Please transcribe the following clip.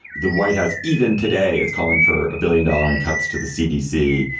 the white house even today is calling for a billion dollar in cuts to the cdc.